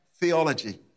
theology